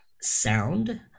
sound